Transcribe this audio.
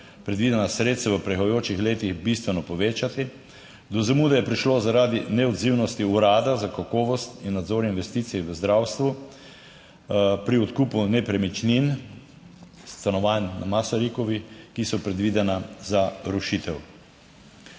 predvidena sredstva v prihajajočih letih bistveno povečati. Do zamude je prišlo, zaradi neodzivnosti Urada za kakovost in nadzor investicij v zdravstvu pri odkupu nepremičnin, stanovanj na Masarykovi, ki so predvidena za rušitev.